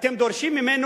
אתם דורשים ממני